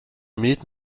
meet